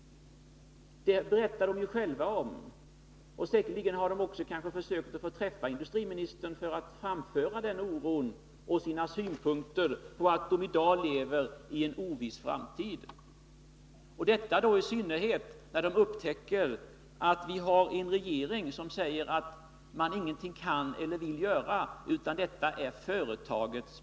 Det berättar de ju själva om. Säkerligen har de också försökt att få träffa industriministern för att kunna uttrycka den oron och framföra sina synpunkter med anledning av att de i dag lever i ovisshet inför framtiden. Detta i synnerhet som de upptäcker att vi har en regering som säger att den ingenting kan eller ingenting vill göra, utan bara hänvisar till företaget.